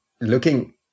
looking